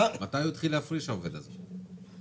מתי העובד הזה התחיל להפריש?